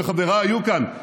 חבריי היו כאן,